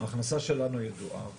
ההכנסה שלנו ידועה וגלויה,